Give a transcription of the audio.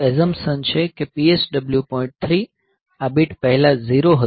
3 આ બીટ પહેલા 0 હતું